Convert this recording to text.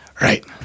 right